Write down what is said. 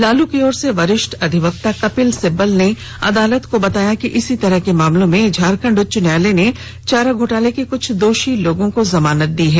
लालू की ओर से वरिष्ठ अधिवक्ता कपिल सिब्बल ने अदालत को बताया कि इसी तरह के मामलों में झारखंड उच्च न्यायालय ने चारा घोटाले के कुछ दोषी लोगों को जमानत दी है